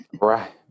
Right